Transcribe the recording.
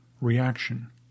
Reaction